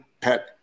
pet